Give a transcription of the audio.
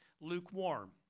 lukewarm